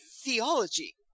theology